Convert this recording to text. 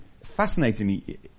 fascinatingly